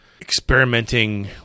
experimenting